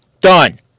Done